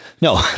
No